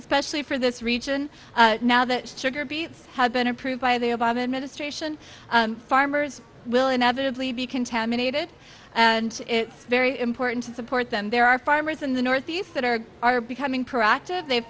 especially for this region now that sugar beets had been approved by the obama administration farmers will inevitably be contaminated and it's very important to support them there are farmers in the northeast that are are becoming proactive they've